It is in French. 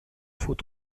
faux